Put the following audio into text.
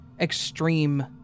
extreme